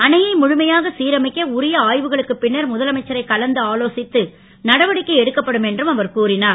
அணையை முழுமையாக சீரமைக்க உரிய ஆ வுகளுக்குப் பின்னர் முதலமைச்சரை கலந்து ஆலோசித்து நடவடிக்கை எடுக்கப்படும் என்றும் அவர் கூறினார்